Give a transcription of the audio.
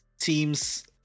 teams